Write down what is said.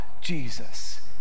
Jesus